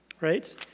right